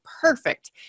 perfect